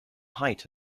height